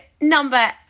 number